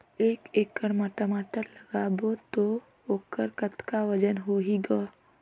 एक एकड़ म टमाटर लगाबो तो ओकर कतका वजन होही ग?